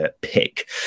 pick